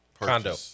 Condo